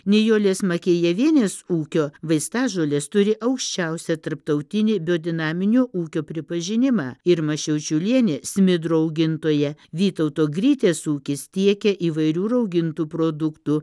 nijolės makejavienės ūkio vaistažolės turi aukščiausią tarptautinį biodinaminio ūkio pripažinimą irma šiaučiulienė smidrų augintoja vytauto grytės ūkis tiekia įvairių raugintų produktų